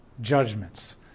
judgments